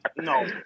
no